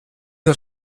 der